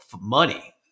money